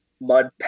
mud